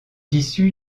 issu